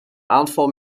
aanval